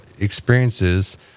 experiences